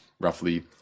roughly